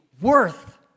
worth